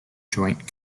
joint